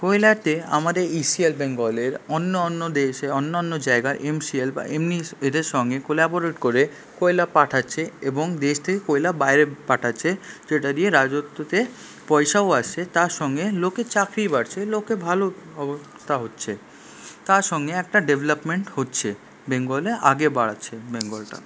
কয়লাতে আমাদের ইসিএল বেঙ্গলের অন্য অন্য দেশে অন্য অন্য জায়গায় এমসিএল বা এমনি এদের সঙ্গে কোলাবোরেট করে কয়লা পাঠাচ্ছে এবং দেশ থেকে কয়লা বাইরে পাঠাচ্ছে যেটা দিয়ে রাজত্বতে পয়সাও আসছে তার সঙ্গে লোকে চাকরি বাড়ছে লোকের ভালো অবস্থা হচ্ছে তার সঙ্গে একটা ডেভেলপমেন্ট হচ্ছে বেঙ্গলে আগে বাড়াচ্ছে বেঙ্গলটা